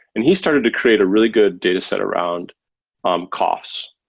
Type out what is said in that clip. and he started to create a really good dataset around um coughs,